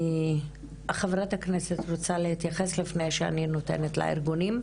חברת הכנסת רוצה להתייחס לפני שאני נותנת לארגונים,